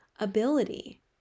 ability